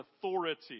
authority